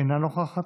אינה נוכחת,